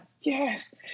yes